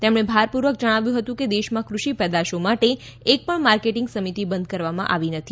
તેમણે ભારપૂર્વક જણાવ્યું હતું કે દેશમાં કૃષિ પેદાશો માટે એક પણ માર્કેટીંગ સમિતી બંધ કરવામાં આવી નથી